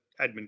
admin